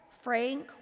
Frank